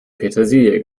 petersilie